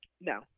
No